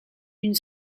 une